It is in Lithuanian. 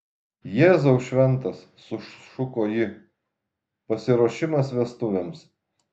jėzau šventas sušuko ji pasiruošimas vestuvėms